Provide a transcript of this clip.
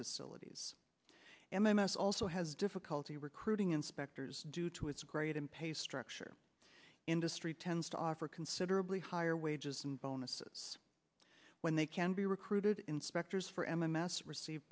facilities m m s also has difficulty recruiting inspectors due to its great and pay structure industry tends to offer considerably higher wages and bonuses when they can be recruited inspectors for m m s receive